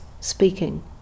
speaking